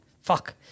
Fuck